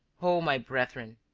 o my brethren,